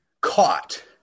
caught